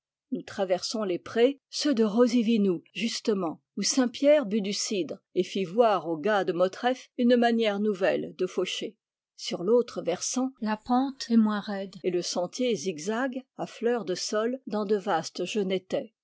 nous traversons les prés ceux de rozivinou justement où saint pierre but du cidre et fit voir aux gars de motreff une manière nouvelle de faucher sur l'autre versant la pente est moins raide et le sentier zigzague à fleur de sol dans de vastes